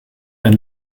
ein